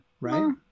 right